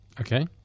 Okay